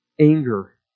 anger